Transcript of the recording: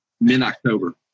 Mid-October